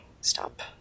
stop